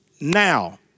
now